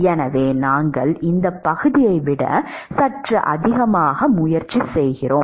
எனவே நாங்கள் இந்த பகுதியை விட சற்று அதிகமாக முயற்சி செய்கிறோம்